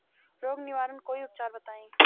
रोग निवारन कोई उपचार बताई?